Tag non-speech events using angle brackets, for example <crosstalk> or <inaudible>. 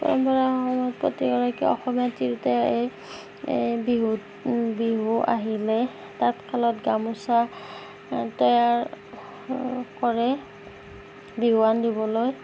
<unintelligible> প্ৰতিগৰাকী অসমীয়া তিৰোতাই এই এই বিহুত বিহু আহিলে তাঁতশালত গামোচা তৈয়াৰ কৰে বিহুৱান দিবলৈ